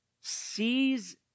sees